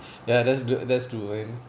ya that's that's true man